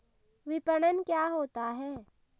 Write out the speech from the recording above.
विपणन क्या होता है?